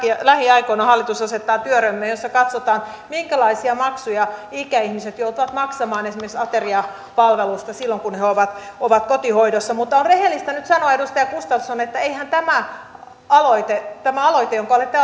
lähiaikoina hallitus asettaa työryhmän jossa katsotaan minkälaisia maksuja ikäihmiset joutuvat maksamaan esimerkiksi ateriapalvelusta silloin kun he he ovat ovat kotihoidossa mutta on rehellistä nyt sanoa edustaja gustafsson että eihän tämä aloite tämä aloite jonka olette